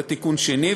זה תיקון שני.